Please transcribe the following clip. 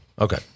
Okay